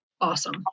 awesome